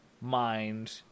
mind